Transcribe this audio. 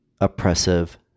oppressive